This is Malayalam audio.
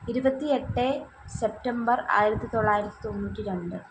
ഇരുപത്തി എട്ട് സെപ്റ്റമ്പർ ആയിരത്തിത്തൊള്ളായിരത്തിതൊണ്ണൂറ്റി രണ്ട്